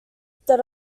that